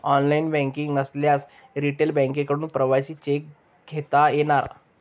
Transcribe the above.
online banking नसल्यास retail बँकांकडून प्रवासी चेक घेता येणार